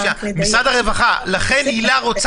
במיוחד הטרוף שבו אנחנו חיים,